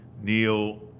Neil